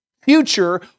future